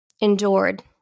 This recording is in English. endured